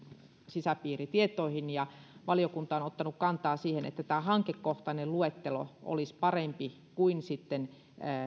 sisäpiiritietoihin valiokunta on on ottanut kantaa siihen että tämä hankekohtainen luettelo olisi parempi kuin